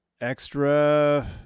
extra